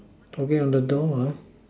okay on the door